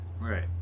right